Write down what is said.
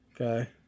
Okay